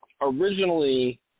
originally